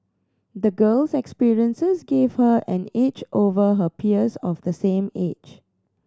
the girl's experiences gave her an edge over her peers of the same age